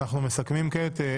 אנחנו מסכמים כעת.